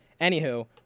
Anywho